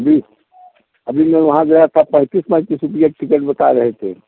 अभी अभी मैं गया जा रहा था पैंतीस पैंतीस रुपये की टिकट बता रहे थे